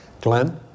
Glenn